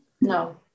no